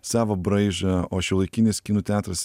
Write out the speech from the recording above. savo braižą o šiuolaikinis kinų teatras